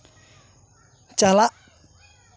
ᱪᱟᱞᱟᱜ